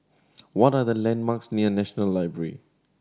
what are the landmarks near National Library